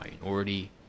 minority